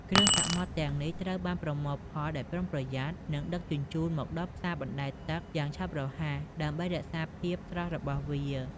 គ្រឿងសមុទ្រទាំងនេះត្រូវបានប្រមូលផលដោយប្រុងប្រយ័ត្ន និងដឹកជញ្ជូនមកដល់ផ្សារបណ្តែតទឹកយ៉ាងឆាប់រហ័ស ដើម្បីរក្សាភាពស្រស់របស់វា។